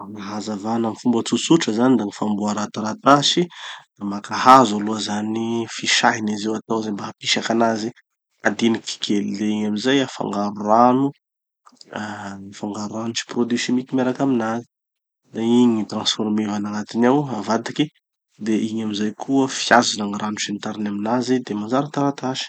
No hazavana amy fomba tsotsotra zany da gny famboara taratasy: maka hazo aloha zany, fisahina izy io, atao ze mba hahapisaky anazy madiniky kely. De zay amizay afangaro rano ah afangaro rano sy produits chimiques miaraky aminazy. De igny gny transformeva agnatiny ao, avadiky, de igny amizay koa fiazina gny rano sy ny tariny aminazy de manjary taratasy.